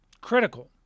Critical